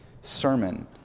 sermon